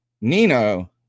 Nino